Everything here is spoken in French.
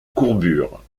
courbure